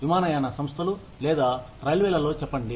విమానయాన సంస్థలు లేదా రైల్వేలో చెప్పండి